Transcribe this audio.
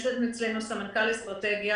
יש אצלנו סמנכ"ל אסטרטגיה,